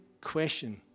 question